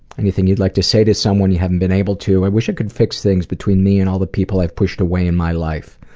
anything you'd like to say to someone but haven't been able to? i wish i could fix things between me and all the people i've pushed away in my life.